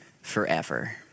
forever